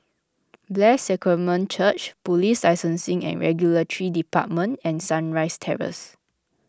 Blessed Sacrament Church Police Licensing and Regulatory Department and Sunrise Terrace